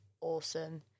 awesome